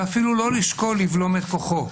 ואפילו לא לשקול לבלום את כוחו,